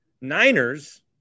Niners